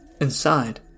Inside